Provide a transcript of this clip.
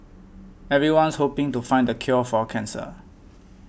everyone's hoping to find the cure for cancer